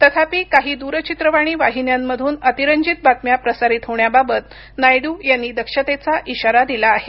तथापि काही दूरचित्रवाणी वाहिन्यांमधून अतिरंजित बातम्या प्रसारित होण्याबाबत नायडू यांनी दक्षतेचा इशारा दिला आहे